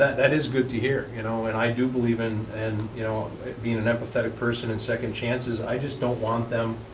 that is good to hear, you know and i do believe in and you know being an empathetic person and second chances. i just don't want them